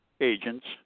agents